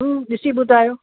हम्म ॾिसी ॿुधायो